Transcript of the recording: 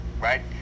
right